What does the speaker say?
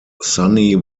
sonny